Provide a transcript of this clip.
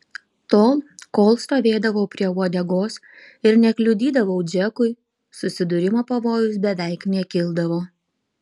tol kol stovėdavau prie uodegos ir nekliudydavau džekui susidūrimo pavojus beveik nekildavo